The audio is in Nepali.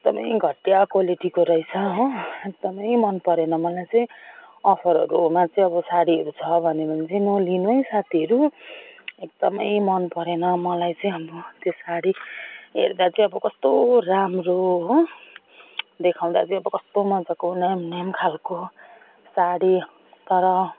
एकदम घटिया क्वालिटीको रहेछ हो एकदम मन परेन मलाई चाहिँ अफरहरूमा चाहिँ अब साडीहरू छ भने भने चाहिँ नलिनु है साथीहरू एकदमै मन परेन मलाई चाहिँ अब त्यो साडी हेर्दा चाहिँ अब कस्तो राम्रो हो देखाउँदा चाहिँ अब कस्तो मजाको नियम नियम खाले साडी तर